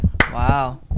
Wow